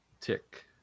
tick